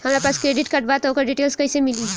हमरा पास credit card बा त ओकर डिटेल्स कइसे मिली?